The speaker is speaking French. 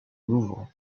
louvre